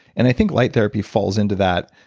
and i think light therapy falls into that.